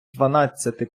дванадцяти